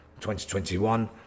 2021